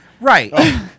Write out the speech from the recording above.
Right